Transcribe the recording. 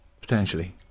potentially